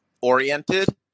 oriented